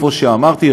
כמו שאמרתי,